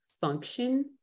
function